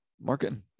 Marketing